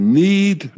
need